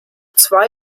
zwei